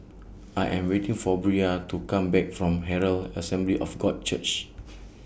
I Am waiting For Bria to Come Back from Herald Assembly of God Church